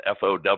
FOW